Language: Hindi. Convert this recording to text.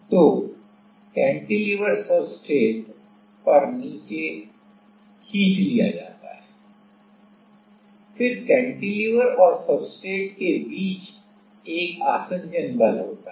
तो कैंटिलीवर सब्सट्रेट पर नीचे खींच लिया जाता है फिर कैंटिलीवर और सब्सट्रेट के बीच एक आसंजन बल होता है